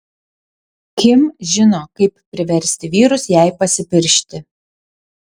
kim žino kaip priversti vyrus jai pasipiršti